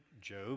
Job